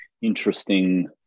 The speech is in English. interesting